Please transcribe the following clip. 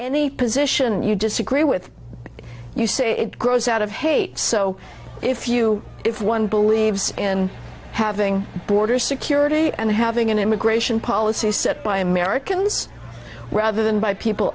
any position you disagree with you say it grows out of hate so if you if one believes in having border security and having an immigration policy set by americans rather than by people